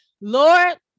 Lord